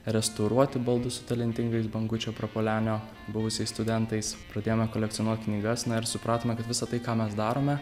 restauruoti baldus su talentingais bangučio prapuolenio buvusiais studentais pradėjome kolekcionuot knygas na ir supratome kad visa tai ką mes darome